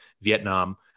Vietnam